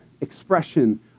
expression